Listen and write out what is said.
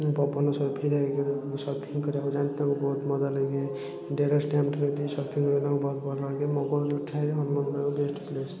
ପବନ ସର୍ଫିରେ ସର୍ଫିଂ କରିବାକୁ ଯାଆନ୍ତି ତାଙ୍କୁ ବହୁତ ମଜା ଲାଗେ ଡେରାସ୍ ଡ୍ୟାମ୍ ଠାରେ ବି ସର୍ଫିଂ କରିବାକୁ ତାଙ୍କୁ ବହୁତ ଭଲ ଲାଗେ ମଙ୍ଗଳଯୋଡ଼ି ଠାରେ ହନିମୁନ୍ କରିବାକୁ ବେଷ୍ଚ୍ ପ୍ଲେସ୍